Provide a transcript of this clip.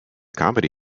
comedy